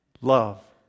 Love